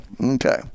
Okay